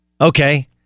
Okay